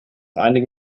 einige